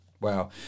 Wow